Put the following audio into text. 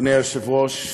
אדוני היושב-ראש,